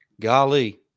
golly